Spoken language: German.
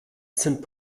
sind